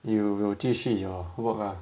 you will 继续 your homework lah